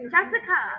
Jessica